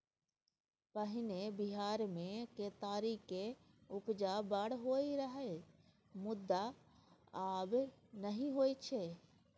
पहिने बिहार मे केतारीक उपजा बड़ होइ रहय मुदा आब नहि होइ छै